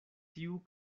tiu